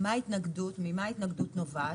ממה ההתנגדות נובעת?